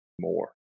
more